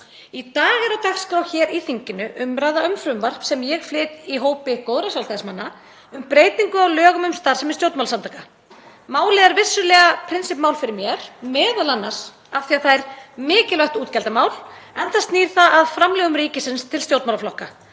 Í dag er á dagskrá hér í þinginu umræða um frumvarp sem ég flyt í hópi góðra Sjálfstæðismanna um breytingu á lögum um starfsemi stjórnmálasamtaka. Málið er vissulega prinsippmál fyrir mér, m.a. af því að það er mikilvægt útgjaldamál enda snýr það að framlögum ríkisins til stjórnmálaflokka